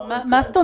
למה שיש לנו